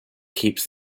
keeps